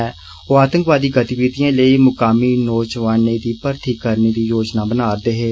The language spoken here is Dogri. ओ आतंवादी गतिविधियें लेई मुकामी नौजुआनें दी भर्थी करने दी योजना बनारदे हे